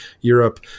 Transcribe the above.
Europe